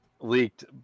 leaked